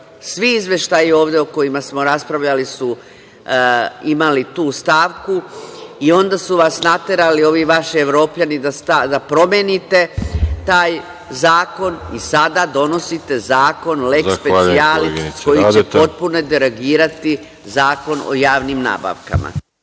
Svi izveštaji ovde o kojima smo raspravljali su imali tu stavku i onda su vas naterali ovi vaši Evropljani da promenite taj zakon i sada donosite zakon leks specijalis koji će potpuno derogirati Zakon o javnim nabavkama.